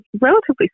relatively